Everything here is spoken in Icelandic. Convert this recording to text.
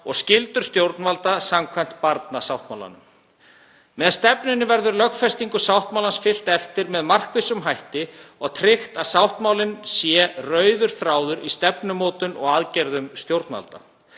og skyldur stjórnvalda samkvæmt barnasáttmálanum. Með stefnunni verður lögfestingu sáttmálans fylgt eftir með markvissum hætti og tryggt að sáttmálinn sé rauður þráður í stefnumótun og aðgerðum stjórnvalda.